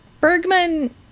Bergman